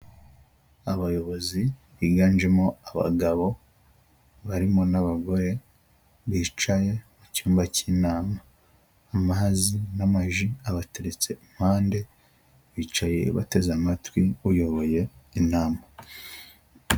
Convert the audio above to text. Abayobozi biganjemo abagabo, barimo n'abagore, bicaye mu cyumba cy'inama, amazi n'amaji abateretse impande, bicaye bateze amatwi uyoboye inama.